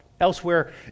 Elsewhere